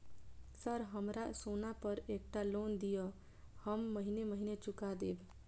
Sir हमरा सोना पर एकटा लोन दिऽ हम महीने महीने चुका देब?